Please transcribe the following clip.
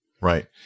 right